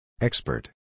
Expert